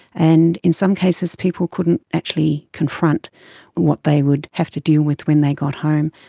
and in some cases people couldn't actually confront what they would have to deal with when they got home.